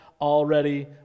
already